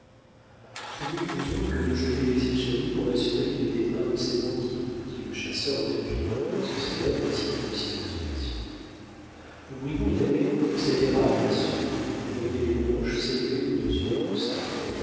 je n'ai eu besoin que de jeter les yeux sur lui pour m'assurer qu'il était un de ces bandits dit le chasseur en appuyant un doigt sur ses lèvres en signe de circonspection le brigand est appuyé contre cet érable à sucre dont vous voyez les branches s'élever au-dessus des broussailles